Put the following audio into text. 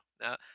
Now